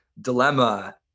dilemma